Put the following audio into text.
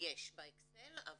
יש באקסל.